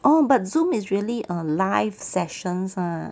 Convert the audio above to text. orh but zoom is really a live sessions lah